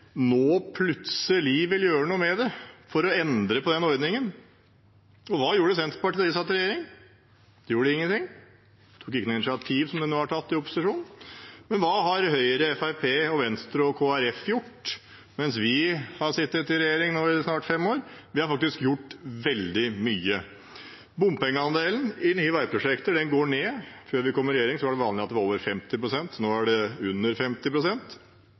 nå plutselig vil gjøre noe med det for å endre på den ordningen. Hva gjorde Senterpartiet da de satt i regjering? De gjorde ingenting, de tok ikke noe initiativ, slik de nå har tatt i opposisjon. Men hva har Høyre og Fremskrittspartiet, og Venstre – og Kristelig Folkeparti – gjort mens vi har sittet i regjering nå i snart fem år? Vi har faktisk gjort veldig mye. Bompengeandelen i nye veiprosjekter går ned. Før vi kom i regjering, var det vanlig at det var over 50 pst., nå er det under